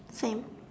same